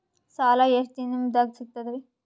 ಸಾಲಾ ಎಷ್ಟ ದಿಂನದಾಗ ಸಿಗ್ತದ್ರಿ?